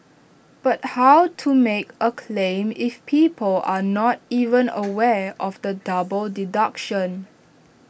but how to make A claim if people are not even aware of the double deduction